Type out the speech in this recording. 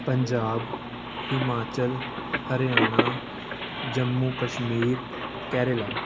Punjab Himachal Haryana Jammu Kashmir Kerala